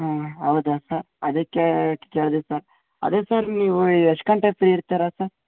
ಹಾಂ ಹೌದ ಸರ್ ಅದಕ್ಕೆ ಕೇಳಿದೆ ಸರ್ ಅದೆ ಸರ್ ನೀವು ಎಷ್ಟು ಗಂಟೆಗೆ ಫ್ರೀ ಇರ್ತೀರ ಸರ್